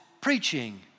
preaching